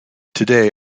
today